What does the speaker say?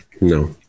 no